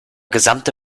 gesamte